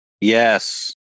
Yes